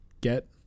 get